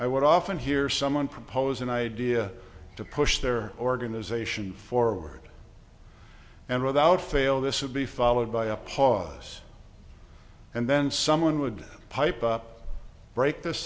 i would often hear someone propose an idea to push their organization forward and without fail this would be followed by a pause and then someone would pipe up break th